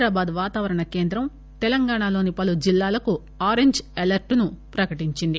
హైదరాబాద్ వాతావరణ కేంద్రం తెలంగాణలోని పలు జిల్లాలకు ఆరంజ్ ఎలర్ట్ ను ప్రకటించింది